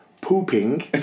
pooping